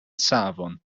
savon